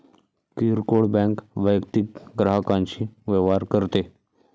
किरकोळ बँक वैयक्तिक ग्राहकांशी व्यवहार करते